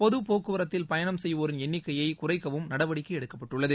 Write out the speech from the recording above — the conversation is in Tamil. பொது போக்குவரத்தில் பயணம் செய்வோரின் எண்ணிக்கையை குறைக்கவும் நடவடிக்கை எடுக்கப்பட்டுள்ளது